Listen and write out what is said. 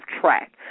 track